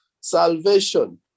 salvation